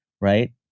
right